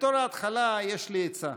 בתור התחלה יש לי עצה: